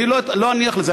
אני לא אניח לזה.